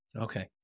Okay